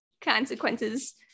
consequences